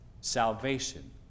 Salvation